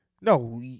No